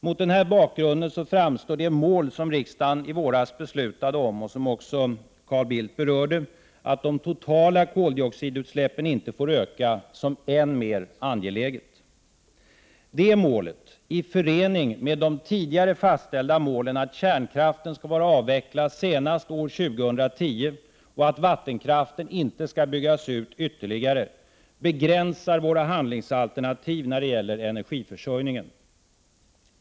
Mot denna bakgrund framstår det mål som riksdagen i våras beslutade om och som också Carl Bildt berörde — att de totala koldioxidutsläppen inte får öka — som än mer angeläget. Detta mål, i förening med de tidigare fastställda målen att kärnkraften skall vara avvecklad senast år 2010 och att vattenkraften inte skall byggas ut ytterligare, begränsar våra handlingsalternativ när det gäller energiförsörjningen.